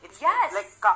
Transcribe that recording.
Yes